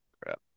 crap